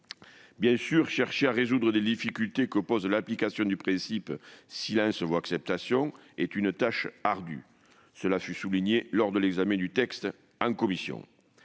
Bien sûr, chercher à résoudre les difficultés que pose l'application du principe « silence vaut acceptation » est une tâche ardue- cela a été souligné lors de l'examen du texte en commission.